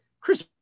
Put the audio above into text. Chris